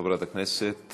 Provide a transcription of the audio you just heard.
חברת הכנסת